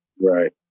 Right